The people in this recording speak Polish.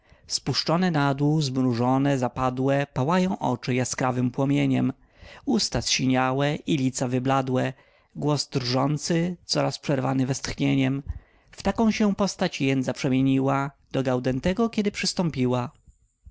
spuszczone na dół zmrużone zapadłe pałają oczy jaskrawym płomieniem usta zsiniałe i lica wybladłe głos drżący coraz przerwany westchnieniem w taką się postać jędza przemieniła do gaudentego kiedy przystąpiła